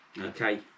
Okay